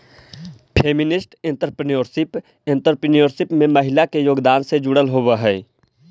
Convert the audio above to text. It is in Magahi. फेमिनिस्ट एंटरप्रेन्योरशिप एंटरप्रेन्योरशिप में महिला के योगदान से जुड़ल होवऽ हई